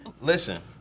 Listen